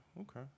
Okay